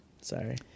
Sorry